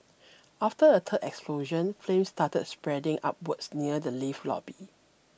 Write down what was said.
after a third explosion flames started spreading upwards near the lift lobby